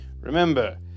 Remember